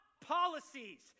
policies